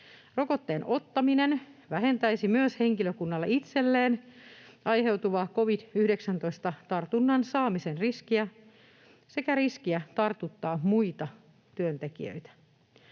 Rokotteen ottaminen vähentäisi myös henkilökunnalle itselleen aiheutuvaa covid-19-tartunnan saamisen riskiä sekä riskiä tartuttaa muita työntekijöitä.